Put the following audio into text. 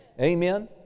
Amen